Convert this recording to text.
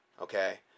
okay